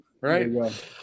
right